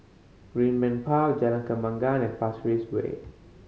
Greenbank Park Jalan Kembangan and Pasir Ris Way